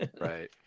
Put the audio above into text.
right